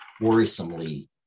worrisomely